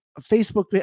Facebook